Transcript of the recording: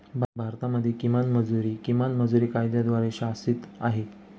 भारतामध्ये किमान मजुरी, किमान मजुरी कायद्याद्वारे शासित आहे